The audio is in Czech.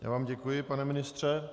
Já vám děkuji, pane ministře.